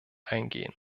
eingehen